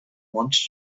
wanted